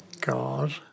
god